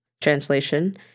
translation